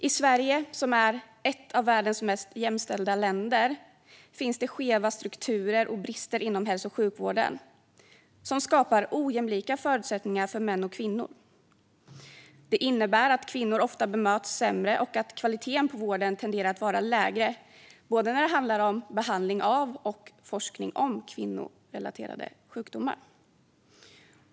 I Sverige, som är ett av världens mest jämställda länder, finns det skeva strukturer och brister inom hälso och sjukvården som skapar ojämlika förutsättningar för män och kvinnor. Det innebär att kvinnor ofta bemöts sämre och att kvaliteten på vården tenderar att vara lägre både när det handlar om behandling av och forskning om kvinnorelaterade sjukdomar.